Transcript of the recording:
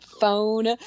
phone